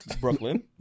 Brooklyn